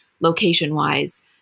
location-wise